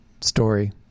story